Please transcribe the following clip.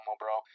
bro